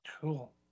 Cool